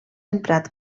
emprat